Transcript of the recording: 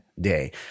Day